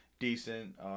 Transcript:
Decent